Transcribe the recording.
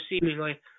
seemingly